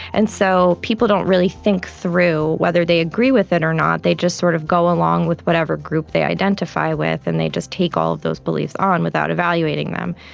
and so people don't really think through whether they agree with it or not, they just sort of go along with whatever group they identify with and they just take all of those beliefs on without evaluating them.